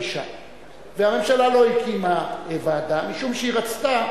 והממשלה לא הקימה ועדה משום שהיא רצתה